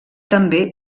també